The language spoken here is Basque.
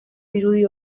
dirudi